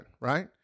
right